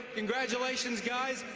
congratulations, guys,